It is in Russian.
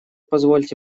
позвольте